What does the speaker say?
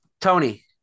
Tony